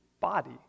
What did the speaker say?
body